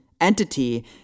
entity